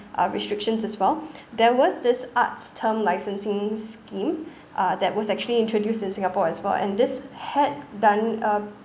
uh restrictions as well there was this arts term licensing scheme uh that was actually introduced in singapore as well and this had done uh